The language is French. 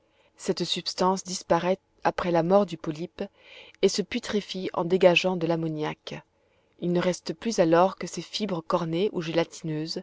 cette substance disparaît après la mort du polype et se putréfie en dégageant de l'ammoniaque il ne reste plus alors que ces fibres cornées ou